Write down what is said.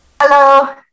Hello